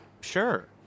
Sure